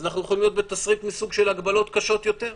אנחנו יכולים להיות בתסריט מסוג של הגבלות קשות יותר,